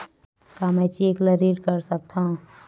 का मैं ह चेक ले ऋण कर सकथव?